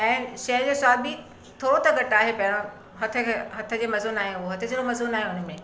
ऐं शइ जो स्वादु बि थोरो त घटि आहे पहिरों हथ खे हथ खे मज़ो न आहे उअ हथ जहिड़ो मज़ो न आहे हुनमें